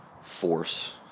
force